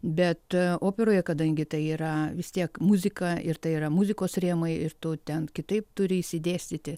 bet operoje kadangi tai yra vis tiek muzika ir tai yra muzikos rėmai ir tu ten kitaip turi išsidėstyti